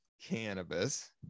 cannabis